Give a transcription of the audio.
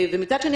מצד שני,